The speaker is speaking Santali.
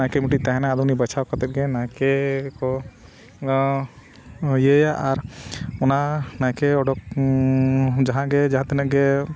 ᱱᱟᱭᱠᱮ ᱢᱤᱫᱴᱤᱡ ᱛᱟᱦᱮᱱᱟᱭ ᱟᱫᱚ ᱩᱱᱤ ᱵᱟᱪᱷᱟᱣ ᱠᱟᱛᱮᱫ ᱜᱮ ᱱᱟᱭᱠᱮ ᱠᱚ ᱤᱭᱟᱹᱭᱟ ᱟᱨ ᱚᱱᱟ ᱱᱟᱭᱠᱮ ᱚᱰᱚᱠ ᱡᱟᱦᱟᱸ ᱜᱮ ᱡᱟᱦᱟᱸ ᱛᱤᱱᱟᱹᱜ ᱜᱮ